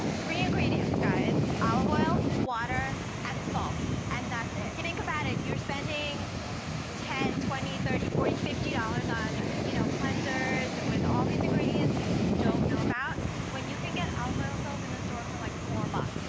three ingredients guys olive oil, water and salt and that's it. think about it, you're spending ten, twenty, thirty, forty, fifty dollars on you know cleansers with all these ingredients that you don't know about when you can get olive oil soap in the store for like four bucks.